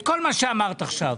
את כל מה שאמרת עכשיו.